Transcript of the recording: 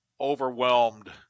overwhelmed